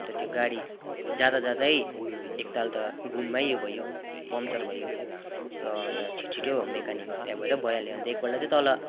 अन्त त्यो गाडी जाँदा जाँदै एकताल त घुममै उयो भयो पङ्कचर भयो र अन्त छिटो छिटो मेकानिकहरू त्यहाँ गएर भइहाल्यो एकपल्ट चाहिँ तल